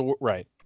Right